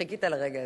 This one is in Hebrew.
חיכית לרגע הזה.